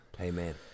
Amen